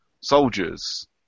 soldiers